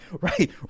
Right